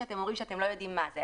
אתם אומרים שאתם לא יודעים מה זה,